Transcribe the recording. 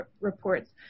reports